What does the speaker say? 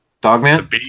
dogman